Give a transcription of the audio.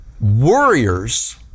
Warriors